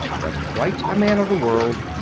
but quite a man of the world,